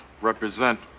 represent